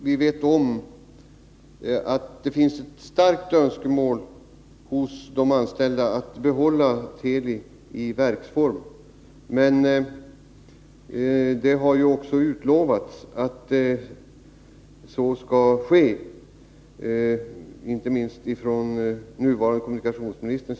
Vi vet att det finns starka önskemål hos de anställda om att behålla Teli i verksform, och det har också utlovats, inte minst av den nuvarande kommunikationsministern.